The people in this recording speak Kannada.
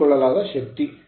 ಹೀರಿಕೊಳ್ಳಲಾದ ಶಕ್ತಿ